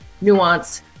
nuance